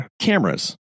cameras